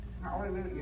Hallelujah